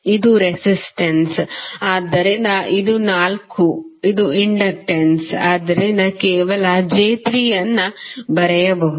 ಇದು ರೆಸಿಸ್ಟೆನ್ಸ್ ಆದ್ದರಿಂದ ಇದು 4 ಇದು ಇಂಡಕ್ಟನ್ಸ್ ಆದ್ದರಿಂದ ಕೇವಲ j3 ಅನ್ನು ಬರೆಯಬಹುದು